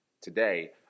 Today